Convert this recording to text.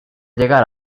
llegar